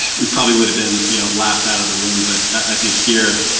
we probably would have been you know laughed out of the room. but i think here,